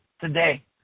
today